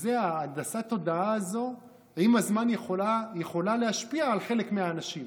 הנדסת התודעה הזאת עם הזמן יכולה להשפיע על חלק מהאנשים.